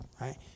Right